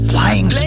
Flying